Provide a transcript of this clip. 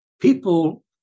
People